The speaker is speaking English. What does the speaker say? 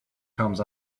comes